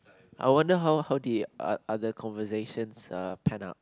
I wonder how how did other conversations uh pan out